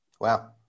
Wow